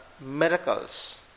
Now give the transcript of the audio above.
miracles